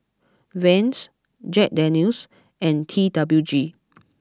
Vans Jack Daniel's and T W G